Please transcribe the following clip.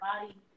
body